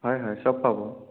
হয় হয় চব পাব